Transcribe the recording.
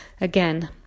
again